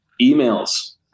emails